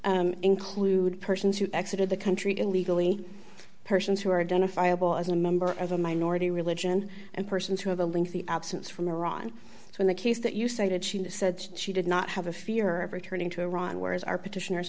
ga include persons who exit of the country illegally persons who are identified as a member of a minority religion and persons who have a link the absence from iran so in the case that you cited she said she did not have a fear of returning to iran whereas our petitioners